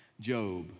Job